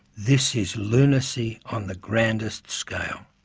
this is lunacy on the grandest scale.